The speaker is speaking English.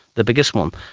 the biggest one.